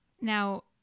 Now